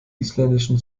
isländischen